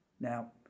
Now